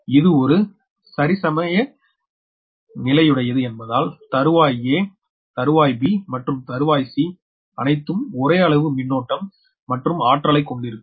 எனவே இது ஒரு சரிசமநிலையுடையது என்பதால் தருவாய் a தருவாய் b மற்றும் தருவாய் c அணைத்து ஒரே அளவு மின்னோட்டம் மற்றும் ஆற்றலை கொண்டிருக்கும்